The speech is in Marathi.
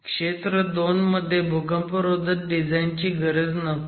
क्षेत्र 2 मध्ये भूकंपरोधक डिझाईन ची गरज नव्हती